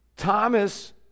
Thomas